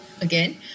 again